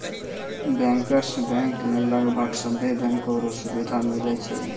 bankers bank मे लगभग सभे बैंको रो सुविधा मिलै छै